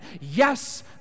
Yes